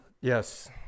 Yes